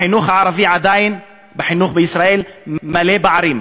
החינוך הערבי עדיין, בחינוך בישראל, מלא פערים.